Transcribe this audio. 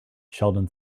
sheldon